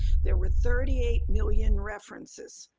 there were thirty eight million references.